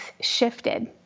shifted